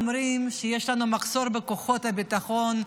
אומרים שיש לנו מחסור בכוחות הביטחון,